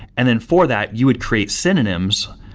and then for that you would create synonyms,